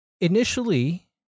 initially